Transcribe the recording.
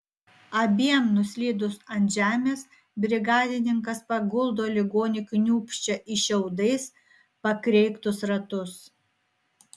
abiem nuslydus ant žemės brigadininkas paguldo ligonį kniūbsčią į šiaudais pakreiktus ratus